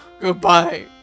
Goodbye